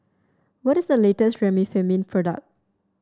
what is the latest Remifemin product